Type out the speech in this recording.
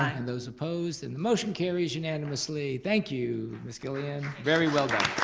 ah and those opposed, and the motion carries unanimously. thank you, ms. gillian, very well done.